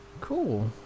Cool